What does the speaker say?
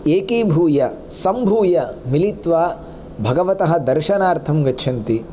एकीभूय सम्भूय मिलित्वा भगवतः दर्शनार्थं गच्छन्ति